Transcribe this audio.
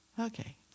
Okay